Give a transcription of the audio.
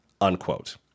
unquote